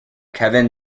kevin